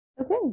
Okay